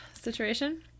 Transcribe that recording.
situation